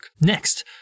Next